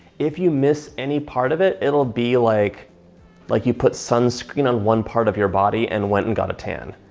if you miss any part of it, it'll be like like you put sunscreen on one part of your body and went and got a tan.